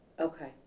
Okay